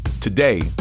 Today